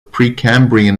precambrian